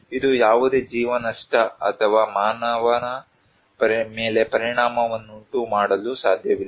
ಇದು ಯಾವುದೇ ಜೀವ ನಷ್ಟ ಅಥವಾ ಮಾನವನ ಮೇಲೆ ಪರಿಣಾಮವನ್ನು ಉಂಟುಮಾಡಲು ಸಾಧ್ಯವಿಲ್ಲ